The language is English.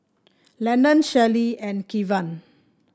Lenon Shelly and Kevan